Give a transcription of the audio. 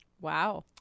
wow